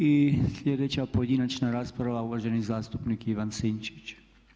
I sljedeća pojedinačna rasprava uvaženi zastupnik Ivan Sinčić.